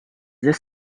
this